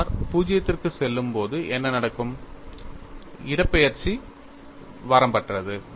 r 0 க்குச் செல்லும்போது என்ன நடக்கும் இடப்பெயர்ச்சி வரம்பற்றது